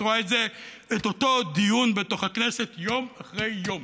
את רואה את אותו דיון בתוך הכנסת יום אחרי יום.